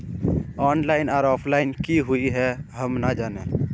Online आर offline की हुई है हम ना जाने?